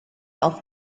auf